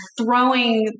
throwing